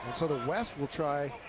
so the west will try,